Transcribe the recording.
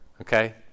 Okay